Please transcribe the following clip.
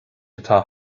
atá